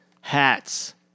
hats